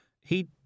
He